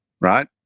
Right